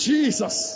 Jesus